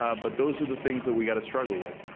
ah but those are the things that we've gotta struggle with.